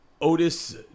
Otis